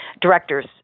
directors